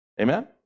Amen